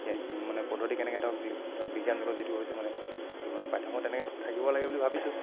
কি মানে পদ্ধতি কেনেকৈ ধৰক ধৰক বিজ্ঞান যুগত যিটো হৈছে মানে এইটো মানে পাঠ্যক্ৰমত তেনেকৈ থাকিব লাগে বুলি ভাবিছোঁ